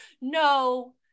no